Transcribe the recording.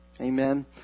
Amen